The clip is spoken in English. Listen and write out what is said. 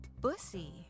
bussy